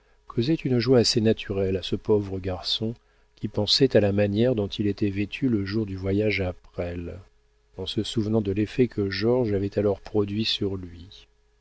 causaient une joie assez naturelle à ce pauvre garçon qui pensait à la manière dont il était vêtu le jour du voyage à presles en se souvenant de l'effet que georges avait alors produit sur lui